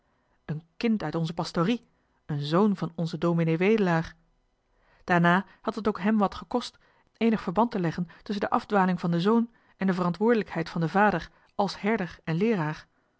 een kind uit onze pastorie een zoon van onzen ds wedelaar daarna had het ook hem wat gekost eenig verband te leggen tusschen de afdwaling van den zoon en de verantwoordelijkheid van den vader àls herder en leeraar